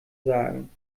sagen